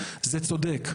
זה צודק.